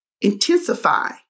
intensify